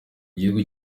gihugu